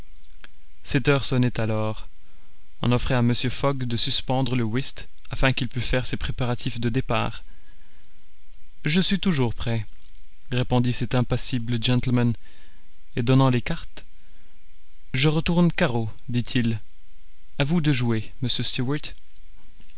sept heures sonnaient alors on offrit à mr fogg de suspendre le whist afin qu'il pût faire ses préparatifs de départ je suis toujours prêt répondit cet impassible gentleman et donnant les cartes je retourne carreau dit-il a vous de jouer monsieur